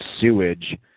sewage